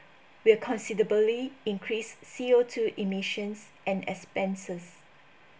will considerably increase C_O_two emissions and expenses